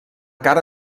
cara